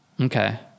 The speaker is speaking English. Okay